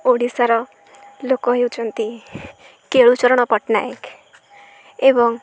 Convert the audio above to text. ଓଡ଼ିଶାର ଲୋକ ହେଉଛନ୍ତି କେଳୁଚରଣ ପଟ୍ଟନାୟକ ଏବଂ